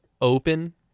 open